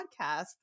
podcast